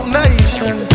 nation